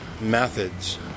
methods